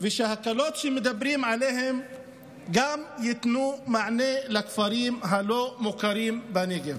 ושההקלות שמדברים עליהן ייתנו מענה גם לכפרים הלא-מוכרים בנגב.